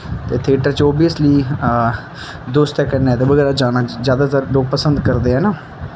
ते थियेटर च ओवियसली दोस्तें कन्नै ते बगैरा जाना जादातर लोक पसंद करदे ऐ ना